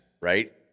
right